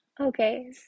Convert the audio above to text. Okay